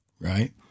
right